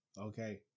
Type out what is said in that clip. Okay